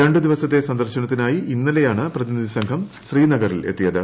രണ്ട് ദിവസത്തെ സന്ദർശനത്തിനായി ഇന്നല്ലെയ്ക്ക് പ്രതിനിധി സംഘം ശ്രീനഗറിലെത്തിയത്